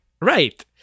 Right